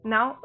Now